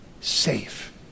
safe